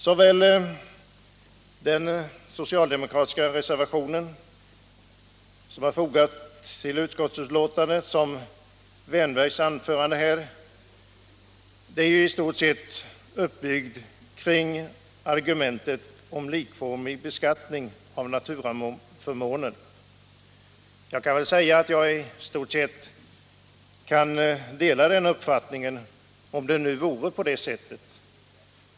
Såväl den socialdemokratiska reservationen, som är fogad till utskottsbetänkandet, som herr Wärnbergs anförande nyss är i stort sett uppbyggda kring tesen om likformig beskattning av naturaförmåner. Jag kan väl i stort sett dela den uppfattningen, om det nu vore någon likformighet.